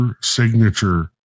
signature